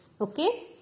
Okay